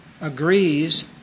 agrees